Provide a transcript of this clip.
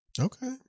Okay